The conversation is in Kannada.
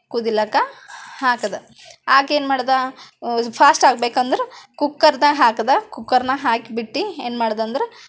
ಕುದಿಲಾಕ ಹಾಕಿದೆ ಹಾಕಿ ಏನು ಮಾಡಿದೆ ಫಾಸ್ಟ್ ಆಗಬೇಕಂದ್ರೆ ಕುಕ್ಕರ್ನಾಗೆ ಹಾಕಿದ ಕುಕ್ಕರ್ನಾಗೆ ಹಾಕ್ಬಿಟ್ಟು ಏನು ಮಾಡ್ದೇಂದ್ರೆ